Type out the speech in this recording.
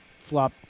flop